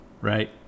right